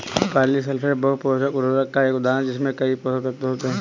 polysulphate बहु पोषक उर्वरक का एक उदाहरण है जिसमें कई पोषक तत्व होते हैं